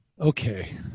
Okay